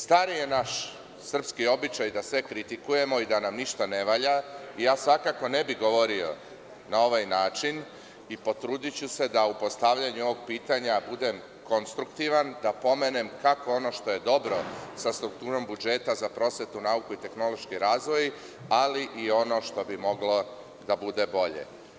Stari je naš srpski običaj da sve kritikuje i da nam ništa ne valja i ja svakako ne bih govorio na ovaj način i potrudiću se da u postavljanju ovog pitanja budem konstruktivan, da pomenem kako ono što je dobro sa strukturom budžeta za prosvetu, nauku i tehnološki razvoj, ali i ono što bi moglo da bude bolje.